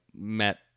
met